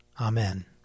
Amen